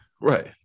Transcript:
Right